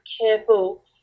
careful